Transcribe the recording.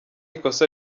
ikosa